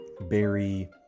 Berry